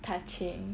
touching